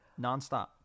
nonstop